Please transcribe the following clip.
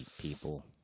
people